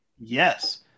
Yes